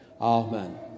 Amen